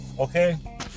okay